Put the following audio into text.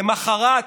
למוחרת,